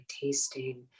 tasting